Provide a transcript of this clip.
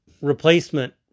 replacement